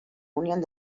unión